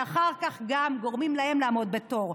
שאחר כך גם גורם להם לעמוד בתור.